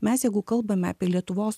mes jeigu kalbame apie lietuvos